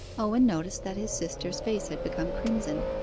owen noticed that his sister's face had become crimson.